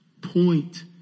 point